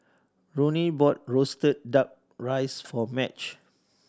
Ronny bought roasted Duck Rice for Madge